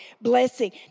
blessing